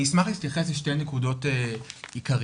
אני אשמח להתייחס לשתי נקודות עיקריות.